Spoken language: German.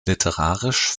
literarisch